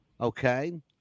Okay